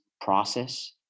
process